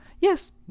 Yes